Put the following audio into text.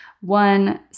one